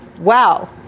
Wow